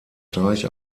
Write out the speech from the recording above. teich